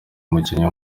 umukinnyi